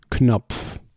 Knopf